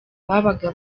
babaga